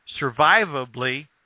survivably